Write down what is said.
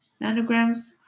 nanograms